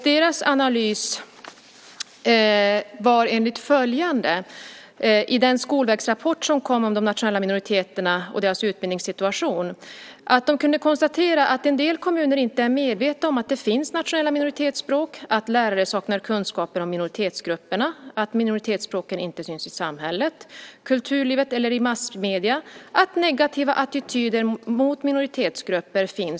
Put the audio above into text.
Den analys som görs i Skolverkets rapport om de nationella minoriteterna och deras utbildningssituation visar att en del kommuner inte ens är medvetna om att det finns nationella minoritetsspråk, att lärare saknar kunskap om minoritetsgrupperna, att minoritetsspråken inte syns i samhället, kulturlivet eller massmedierna samt att det finns negativa attityder mot minoritetsgrupper.